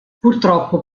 purtroppo